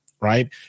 right